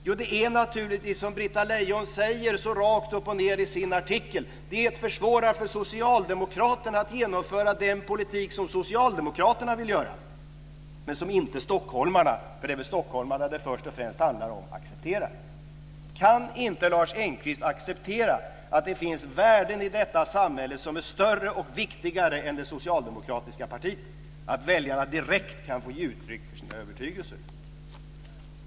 Jo, det är naturligtvis som Britta Lejon säger så rakt upp och ned i sin artikel: Det försvårar för socialdemokraterna att genomföra den politik som socialdemokraterna vill göra, men som inte stockholmarna - för det är väl stockholmare som det först och främst handlar om - accepterar. Kan inte Lars Engqvist acceptera att det finns värden i detta samhälle som är större och viktigare än det socialdemokratiska partiet? Kan inte väljarna direkt få ge uttryck för sina övertygelser?